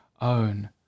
own